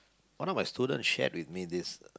one of my student shared with me this